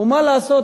ומה לעשות,